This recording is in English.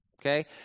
Okay